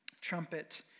trumpet